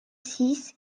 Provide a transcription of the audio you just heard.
six